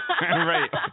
Right